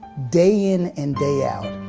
day in and day out.